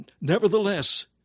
nevertheless